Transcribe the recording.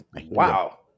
Wow